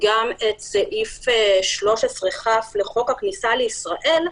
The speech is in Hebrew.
גם את סעיף 13כ לחוק הכניסה לישראל,